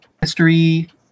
history